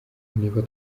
niba